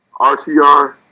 RTR